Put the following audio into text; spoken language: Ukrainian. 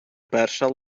перша